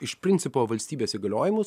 iš principo valstybės įgaliojimus